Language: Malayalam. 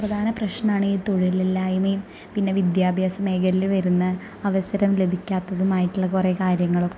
പ്രധാന പ്രശ്നമാണ് ഈ തൊഴിലില്ലായ്മയും പിന്നെ വിദ്യാഭ്യാസ മേഖലയിൽ വരുന്ന അവസരം ലഭിക്കാത്തതുമായിട്ടുള്ള കുറേ കാര്യങ്ങളൊക്കെ